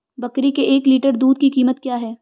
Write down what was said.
बकरी के एक लीटर दूध की कीमत क्या है?